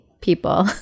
people